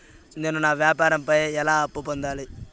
నేను నా వ్యాపారం పై ఎలా అప్పు పొందాలి?